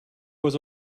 was